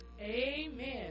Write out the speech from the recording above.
Amen